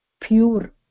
pure